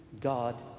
God